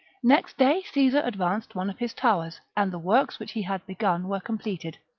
next day, caesar advanced one of his towers and the works which he had begun were completed.